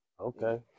Okay